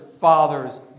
father's